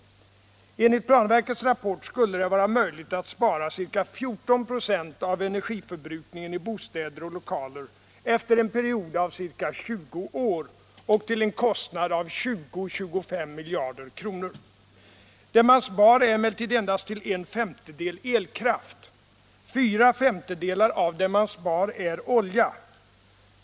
Enligt planverkets rapport skulle det vara möjligt att spara ca 14 26 av energiförbrukningen i bostäder och lokaler efter en period av ca 20 år och detta till en kostnad av 20-25 miljarder kronor. Det man spar är emellertid endast till en femtedel elkraft, fyra femtedelar är olja.